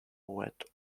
wet